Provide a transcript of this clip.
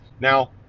Now